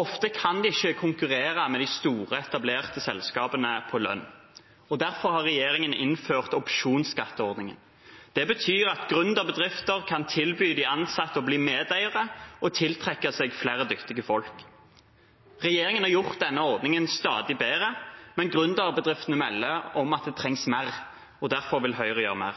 Ofte kan de ikke konkurrere med de store, etablerte selskapene på lønn. Derfor har regjeringen innført opsjonsskatteordningen. Det betyr at gründerbedrifter kan tilby de ansatte å bli medeiere, og slik tiltrekke seg flere dyktige folk. Regjeringen har gjort denne ordningen stadig bedre, men gründerbedriftene melder om at det trengs mer, og derfor vil Høyre gjøre mer.